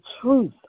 truth